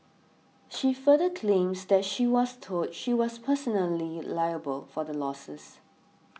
she further claims that she was told she was personally liable for the losses